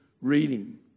reading